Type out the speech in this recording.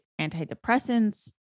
antidepressants